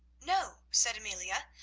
no, said amelia,